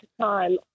time